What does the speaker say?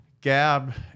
Gab